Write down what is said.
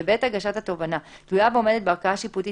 ובעת הגשת התובענה תלויה ועומדת בערכאה שיפוטית